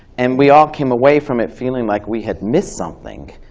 and we all came away from it feeling like we had missed something,